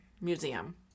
museum